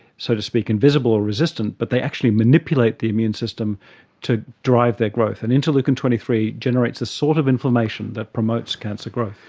so to speak, invisible or resistant, but they actually manipulate the immune system to drive their growth. and interleukin twenty three generates the sort of inflammation that promotes cancer growth.